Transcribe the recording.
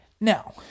Now